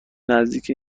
نزدیک